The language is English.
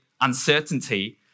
uncertainty